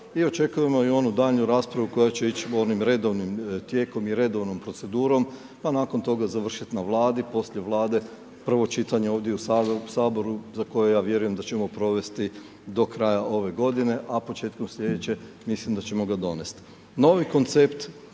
i očekujemo i onu daljnju raspravu koja će ići onim redovnim tijekom i redovnom procedurom, pa nakon toga završiti na Vladi. Poslije Vlade prvo čitanje ovdje u Saboru za koje ja vjerujem da ćemo provesti do kraja ove godine, a početkom slijedeće mislim da ćemo ga donest.